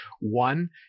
One